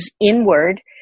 inward